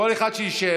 כל אחד שישב.